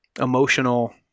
emotional